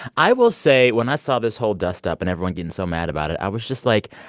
i will say when i saw this whole dust up and everyone being so mad about it, i was just like,